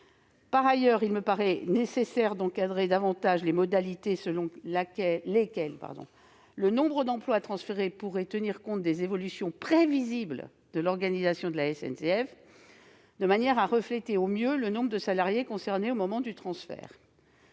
Par ailleurs, il me paraît nécessaire d'encadrer davantage les modalités selon lesquelles le nombre d'emplois transférés pourrait tenir compte des évolutions prévisibles de l'organisation de la SNCF, de manière à refléter au mieux le nombre de salariés concernés au moment du transfert.